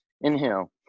inhale